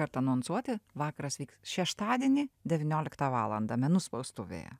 kartą anonsuoti vakaras vyks šeštadienį devynioliktą valandą menų spaustuvėje